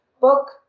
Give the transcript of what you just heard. book